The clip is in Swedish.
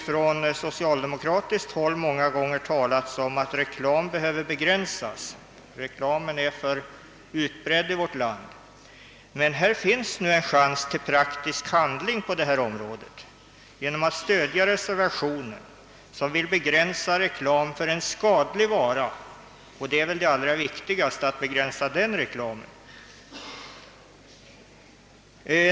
Från socialdemokratiskt håll har många gånger talats om att reklamen behöver begränsas och om att reklamen är för utbredd i vårt land. Men här finns en chans till praktisk handling på detta område genom att stödja reservationen som vill begränsa reklamen för en skadlig vara — och det är väl det allra viktigaste att begränsa den reklamen.